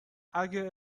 اگه